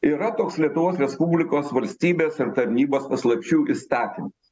yra toks lietuvos respublikos valstybės ir tarnybos paslapčių įstatymas